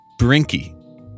Brinky